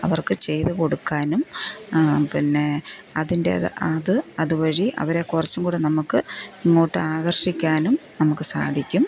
അവർക്ക് ചെയ്തു കൊടുക്കാനും പിന്നെ അതിൻ്റെ അത് അത് വഴി അവരെക്കുറച്ചും കൂടെ നമക്ക് ഇങ്ങോട്ട് ആകർഷിക്കാനും നമുക്ക് സാധിക്കും